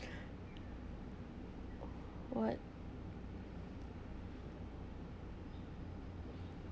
what